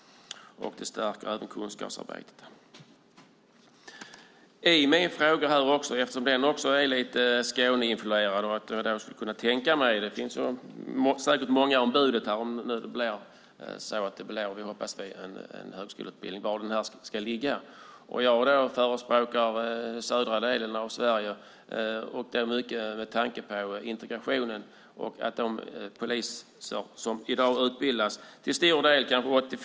Det stärker även kunskapsarbetet. Om det nu blir en högskoleutbildning, vilket vi hoppas, är frågan var den ska ligga. Det finns säkert många bud här, kan jag tänka mig. Min fråga är lite Skåneinfluerad. Jag förespråkar södra delen av Sverige, mycket med tanke på integrationen. De poliser som i dag utbildas har till stor del svensk bakgrund.